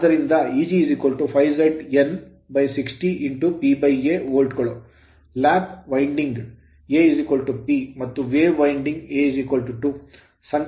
ಆದ್ದರಿಂದ Eg ∅ Z N 60 PA volt ಗಳು lap winding lap winding A P ಮತ್ತು wave winding ತರಂಗ winding A 2